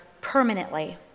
permanently